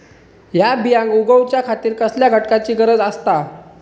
हया बियांक उगौच्या खातिर कसल्या घटकांची गरज आसता?